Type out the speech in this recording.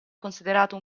considerato